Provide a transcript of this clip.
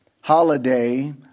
holiday